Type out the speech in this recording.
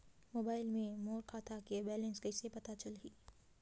Mobile मे मोर खाता के बैलेंस कइसे पता चलही?